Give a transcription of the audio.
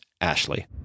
Ashley